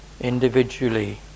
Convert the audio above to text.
individually